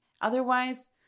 otherwise